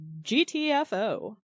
GTFO